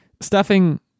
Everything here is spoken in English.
stuffing